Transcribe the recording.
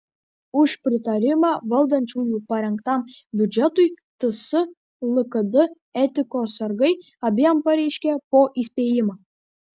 už pritarimą valdančiųjų parengtam biudžetui ts lkd etikos sargai abiem pareiškė po įspėjimą